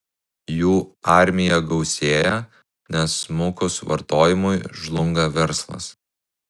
jų armija gausėja nes smukus vartojimui žlunga verslas